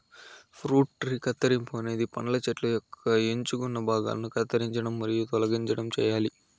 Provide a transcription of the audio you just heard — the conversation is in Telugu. ఫ్రూట్ ట్రీ కత్తిరింపు అనేది పండ్ల చెట్టు యొక్క ఎంచుకున్న భాగాలను కత్తిరించడం మరియు తొలగించడం చేయాలి